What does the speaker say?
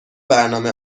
برنامه